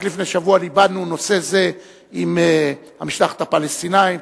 רק לפני שבוע ליבנו נושא זה עם המשלחת הפלסטינית,